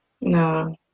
No